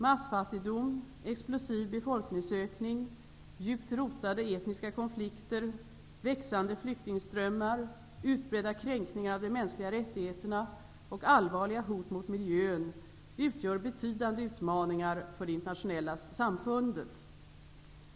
Massfattigdom, explosiv befolkningsökning, djupt rotade etniska konflikter, växande flyktingströmmar, utbredda kränkningar av de mänskliga rättigheterna och allvarliga hot mot miljön utgör betydande utmaningar för det internationella samfundet.